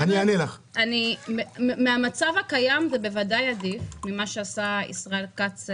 זה בוודאי עדיף מהמצב הקיים, ממה שעשה ישראל כץ,